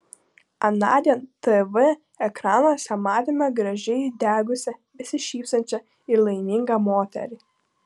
anądien tv ekranuose matėme gražiai įdegusią besišypsančią ir laimingą moterį